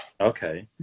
Okay